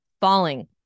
falling